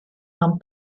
mewn